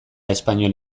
espainol